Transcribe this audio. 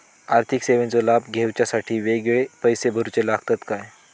आर्थिक सेवेंचो लाभ घेवच्यासाठी वेगळे पैसे भरुचे लागतत काय?